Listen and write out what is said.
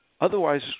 Otherwise